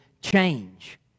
change